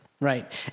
right